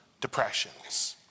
depressions